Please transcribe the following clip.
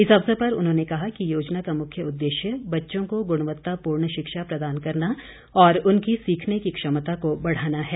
इस अवसर पर उन्होंने कहा कि योजना का मुख्य उद्देश्य बच्चों को गुणवत्तापूर्ण शिक्षा प्रदान करना और उनकी सीखने की क्षमता को बढ़ाना है